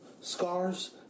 Scars